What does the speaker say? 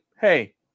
hey